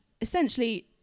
essentially